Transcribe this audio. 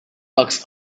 bucks